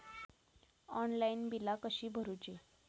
Online बिला कशी भरूची?